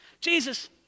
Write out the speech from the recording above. Jesus